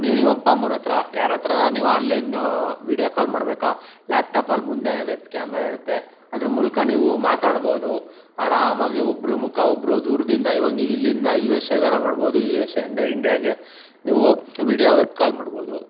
ನೀವು ನಿಮ್ಮ ಅಪ್ಪ ಅಮ್ಮನ ಹತ್ತಿರ ಯಾರ ಹತ್ತಿರನಾರ ನೀವು ಆನ್ಲೈನ್ ವಿಡಿಯೋ ಕಾಲ್ ಮಾಡಬೇಕಾ ಲ್ಯಾಪ್ಟಾಪಲ್ಲಿ ಮುಂದೆನೆ ವೆಬ್ ಕ್ಯಾಮರಾ ಇರುತ್ತೆ ಅದರ ಮೂಲಕ ನೀವು ಮಾತಾಡ್ಬೋದು ಆರಾಮಾಗಿ ಒಬ್ರ ಮುಖ ಒಬ್ಬರು ದೂರದಿಂದ ಇವಾಗ ನೀವು ಇಲ್ಲಿಂದ ಯು ಎಸ್ ಎಗಾರ ಮಾಡ್ಬೋದು ಯು ಎಸ್ ಎಯಿಂದ ಇಂಡಿಯಾಗೆ ನೀವು ವಿಡಿಯೋ ವೆಬ್ ಕಾಲ್ ಮಾಡ್ಬೋದು